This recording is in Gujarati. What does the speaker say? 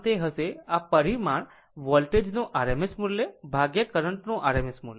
આમ તે હશે આ પરિમાણ વોલ્ટેજ નુંRMS મૂલ્ય કરંટનું RMS મૂલ્ય